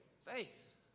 Faith